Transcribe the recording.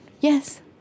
Yes